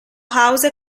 house